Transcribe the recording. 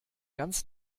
ganz